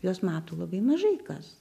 juos mato labai mažai kas